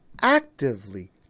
actively